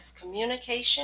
communication